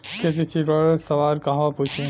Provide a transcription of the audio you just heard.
खेती से जुड़ल सवाल कहवा पूछी?